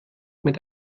mit